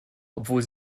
obwohl